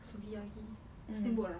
sukiyaki steamboat ah